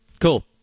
cool